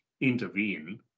intervene